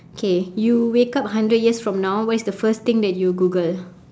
okay you wake up hundred years from now what is the first thing that you google